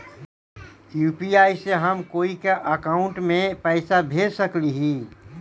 UPI से हम कोई के अकाउंट में पैसा भेज सकली ही?